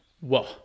Whoa